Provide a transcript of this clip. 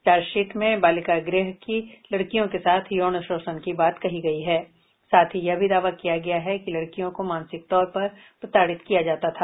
chargesheet में बालिका गृह की लड़कियों के साथ यौन शोषण की बात कही गयी है साथ ही यह भी दावा किया गया है कि लड़कियों को मानसिक तौर पर प्रताड़ित किया जाता था